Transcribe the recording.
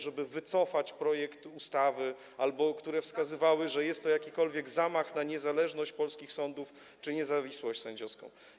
żeby wycofać projekt ustawy, albo które wskazywały, że jest to jakiś zamach na niezależność polskich sądów czy niezawisłość sędziowską.